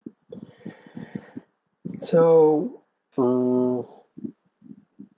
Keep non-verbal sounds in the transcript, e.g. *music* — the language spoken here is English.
*breath* so mm